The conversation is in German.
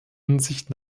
ansicht